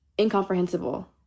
incomprehensible